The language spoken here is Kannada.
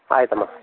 ಆಯ್ತಮ್ಮ